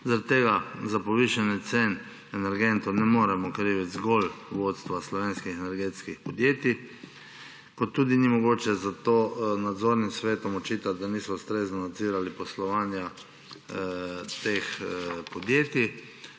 zaradi tega za povišanje cen energentov ne moremo kriviti zgolj vodstva slovenskih energetskih podjetij, kot tudi ni mogoče za to nadzornim svetom očitati, da niso ustrezno nadzirali poslovanja teh podjetij.